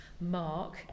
Mark